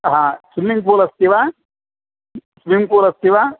हा स्विमिङ्ग्पूल् अस्ति वा स्विमिङ्ग्पूल् अ अस्ति वा